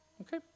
okay